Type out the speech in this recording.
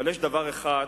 אבל יש דבר אחר,